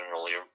earlier